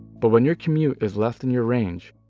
but when your commute is less than your range,